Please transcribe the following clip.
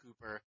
Cooper